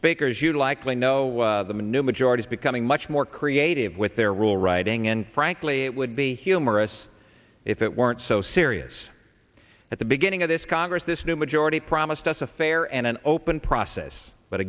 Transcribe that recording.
speaker's you'd likely know the new majority is becoming much more creative with their rule writing and frankly it would be humorous if it weren't so serious at the beginning of this congress this new majority promised us a fair and an open process but